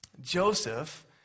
Joseph